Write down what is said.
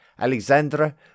Alexandra